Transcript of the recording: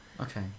Okay